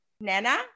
Nana